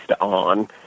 on